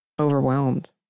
overwhelmed